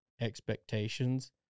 expectations